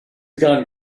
gone